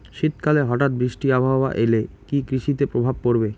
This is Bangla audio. শীত কালে হঠাৎ বৃষ্টি আবহাওয়া এলে কি কৃষি তে প্রভাব পড়বে?